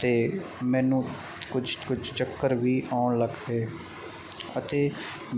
ਅਤੇ ਮੈਨੂੰ ਕੁਛ ਕੁਛ ਚੱਕਰ ਵੀ ਆਉਣ ਲੱਗ ਪਏ ਅਤੇ